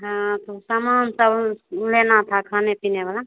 हाँ तो सामान तो लेना था खाने पीने वाला